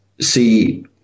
see